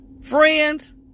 Friends